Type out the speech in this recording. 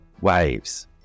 WAVES